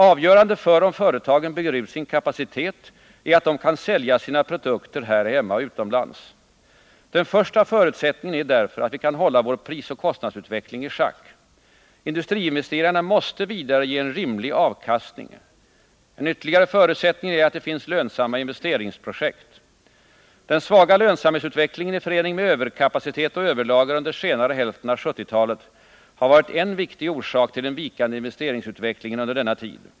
Avgörande för om företagen bygger ut sin kapacitet är att de kan sälja sina produkter här hemma och utomlands. Den första förutsättningen är därför att vi kan hålla vår prisoch kostnadsutveckling i schack. Industriinvesteringarna måste vidare ge en rimlig avkastning. En ytterligare förutsättning är att det finns lönsamma investeringsprojekt. Den svaga lönsamhetsutvecklingen i förening med överkapacitet och överlager under senare hälften av 1970-talet har varit en viktig orsak till den vikande investeringsutvecklingen under denna tid.